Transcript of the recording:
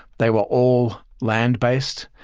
they were all land-based.